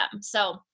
So-